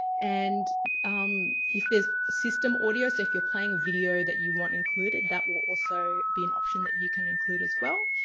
and if there's system audio. so if you're playing a video that you want included, that will also be an option that you can include as well.